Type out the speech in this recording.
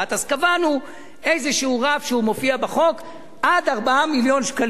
אז קבענו איזה רף שמופיע בחוק: עד 4 מיליון שקלים.